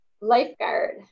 Lifeguard